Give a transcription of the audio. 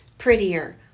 prettier